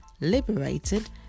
liberated